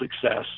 success